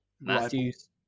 Matthews